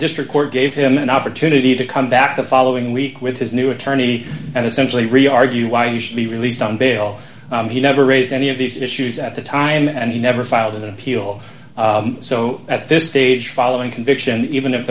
district court gave him an opportunity to come back the following week with his new attorney and essentially really argue why you should be released on bail he never raised any of these issues at the time and he never filed an appeal so at this stage following conviction even if